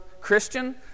Christian